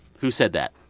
who said that?